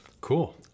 Cool